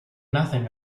nothing